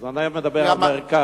אז אני מדבר על מרכז.